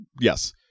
yes